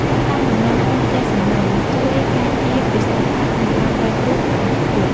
ការដាំដំណាំក្នុងផ្ទះសំណាញ់ ជួយការពារពីសត្វល្អិត និងការប្រែប្រួលអាកាសធាតុ។